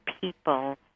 people